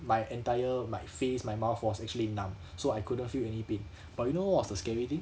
my entire my face my mouth was actually numb so I couldn't feel any pain but you know what was the scary thing